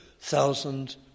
thousand